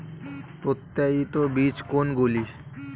প্রত্যায়িত বীজ কোনগুলি?